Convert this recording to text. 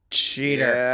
cheater